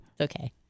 okay